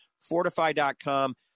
Fortify.com